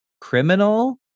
criminal